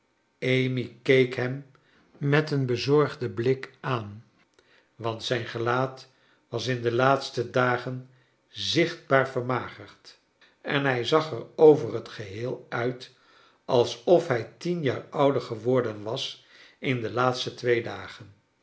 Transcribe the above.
keek hem met een bezorgden blik aan want zijn gelaat was in de laatste dagen zichtbaar vermagerd en hij zag er over het geheel uit alsof hij tien jaar ouder geworden was in de laatste twee dagen